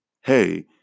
hey